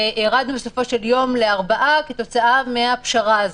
ירדנו בסופו של יום לארבעה כתוצאה מהפשרה הזאת.